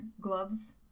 gloves